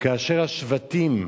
כאשר השבטים,